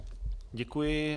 Děkuji.